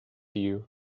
you